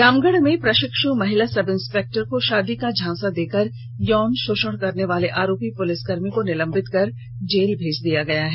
रामगढ़ में प्रशिक्ष् महिला सब इंस्पेक्टर को शादी का झांसा देकर यौन शोषण करने वाले आरोपी पुलिसकर्मी को निलंबित कर जेल भेज दिया गया है